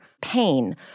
pain